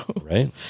Right